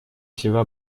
себя